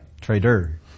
trader